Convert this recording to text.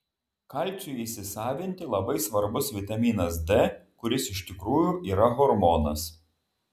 kalciui įsisavinti labai svarbus vitaminas d kuris iš tikrųjų yra hormonas